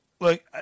Look